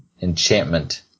enchantment